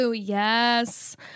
yes